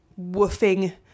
woofing